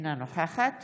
אינה נוכחת